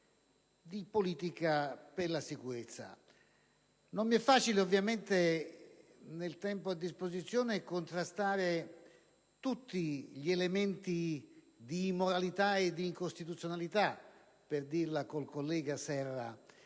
di politiche per la sicurezza. Non mi è facile, nel tempo che ho disposizione, contrastare tutti i gli elementi di immoralità e di incostituzionalità, per dirla con il collega Serra,